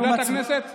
לוועדת הכנסת